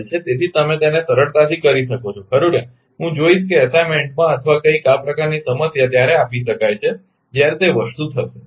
તેથી તમે તેને સરળતાથી કરી શકો છો ખરુ ને હું જોઈશ કે એસાઇમેન્ટમાં અથવા કંઈક આ પ્રકારની સમસ્યા ત્યારે આપી શકાય છે જ્યારે તે વસ્તુ થશે બરાબર